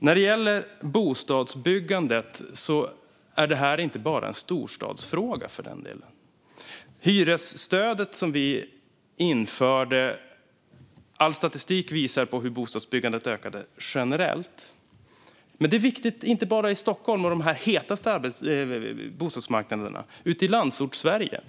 När det gäller bostadsbyggandet är det inte bara en storstadsfråga. All statistik visar hur bostadsbyggandet ökade generellt till följd av hyresstödet som vi införde. Det är viktigt inte bara i Stockholm och på de hetaste bostadsmarknaderna utan även ute i Landsortssverige.